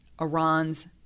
Iran's